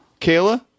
Kayla